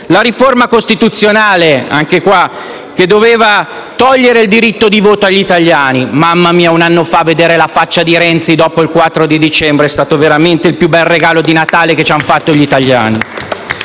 la riforma costituzionale, che doveva togliere il diritto di voto agli italiani (mamma mia, vedere la faccia di Renzi dopo il 4 dicembre dell'anno scorso è stato veramente il più bel regalo di Natale che ci hanno fatto gli italiani)!